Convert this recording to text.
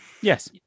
Yes